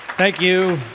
thank you.